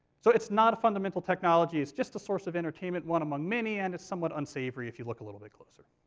so it's not a fundamental technology, it's just a source of entertainment, one among many, and it's somewhat unsavory if you look a little bit closer.